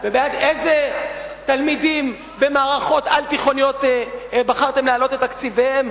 ולאיזה תלמידים במערכות על-תיכוניות בחרתם להעלות את תקציביהם?